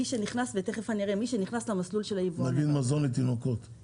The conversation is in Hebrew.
למשל מזון לתינוקות, מה אתם עושים עם זה?